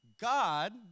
God